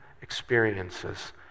experiences